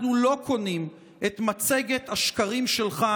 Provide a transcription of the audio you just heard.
אנחנו לא קונים את מצגת השקרים שלך,